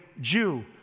Jew